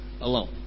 alone